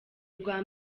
rwa